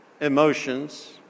emotions